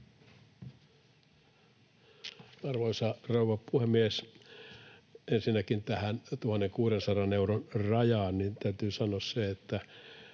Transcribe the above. Arvoisa rouva puhemies! Ensinnäkin tähän 1 600 euron rajaan täytyy sanoa se, että